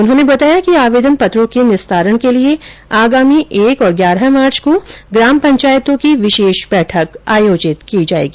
उन्होंने बताया कि आवेदन पत्रों के निस्तारण के लिए आगामी एक और ग्यारह मार्च को ग्राम पंचायतों की विशेष बैठक आयोजित की जाएगी